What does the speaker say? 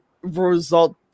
result